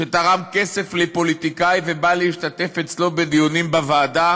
שתרם כסף לפוליטיקאי ובא להשתתף אצלו בדיונים בוועדה